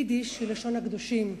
יידיש היא לשון הקדושים,